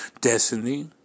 destiny